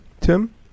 Tim